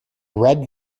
red